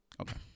Okay